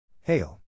Hail